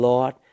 Lord